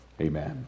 amen